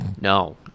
No